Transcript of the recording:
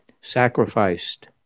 sacrificed